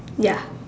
ya